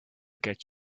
get